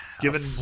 given